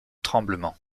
tremblement